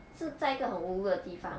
是在一个很 ulu 的地方